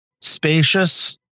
spacious